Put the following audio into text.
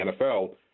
NFL –